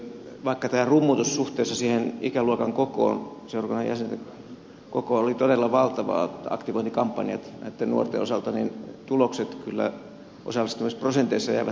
nyt vaikka tämä rummutus suhteessa siihen ikäluokan kokoon seurakunnan jäsenmäärästä oli todella valtavaa aktivointikampanjat näitten nuorten osalta niin tulokset kyllä osallistumisprosenteissa jäivät todella kehnoiksi